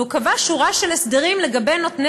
והוא קבע שורה של הסדרים לגבי נותני